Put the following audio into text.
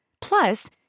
Plus